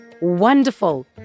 Wonderful